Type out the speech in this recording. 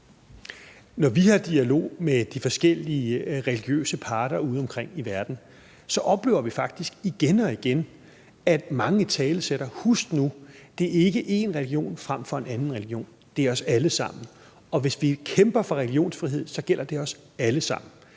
Når vi har dialog med de forskellige religiøse parter udeomkring i verden, oplever vi faktisk igen og igen, at mange italesætter det: Husk nu, at det ikke er én religion frem for en anden, det er os alle sammen, og hvis vi kæmper for religionsfrihed, gælder det os alle sammen.